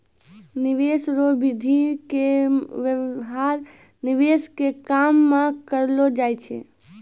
निवेश रो विधि के व्यवहार निवेश के काम मे करलौ जाय छै